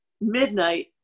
midnight